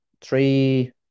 three